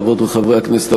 חברות וחברי הכנסת,